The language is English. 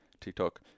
TikTok